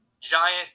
giant